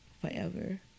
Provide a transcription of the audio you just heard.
forever